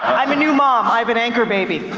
i'm a new mom, i have an anchor baby.